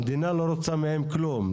המדינה לא רוצה מהם כלום.